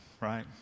right